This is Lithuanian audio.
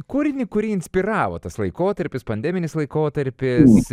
kūrinį kurį inspiravo tas laikotarpis pandeminis laikotarpis